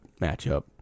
matchup